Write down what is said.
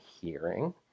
hearing